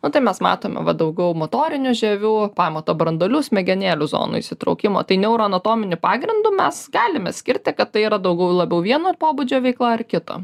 nu tai mes matome va daugiau motorinių žievių pamato branduolių smegenėlių zonų įsitraukimo tai neuro anatominiu pagrindu mes galime skirti kad tai yra daugiau la vieno pobūdžio veikla ar kito